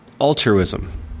altruism